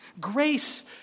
Grace